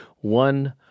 one